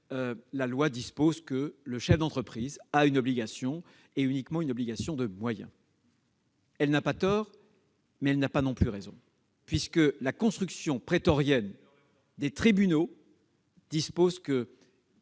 la loi dispose que le chef d'entreprise a uniquement une obligation de moyens. Elle n'a pas tort, mais elle n'a pas non plus raison, puisque la construction prétorienne des tribunaux est telle